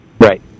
Right